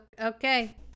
Okay